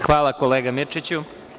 Hvala, kolega Mirčiću.